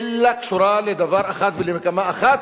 אלא קשורה לדבר אחד ולמגמה אחת,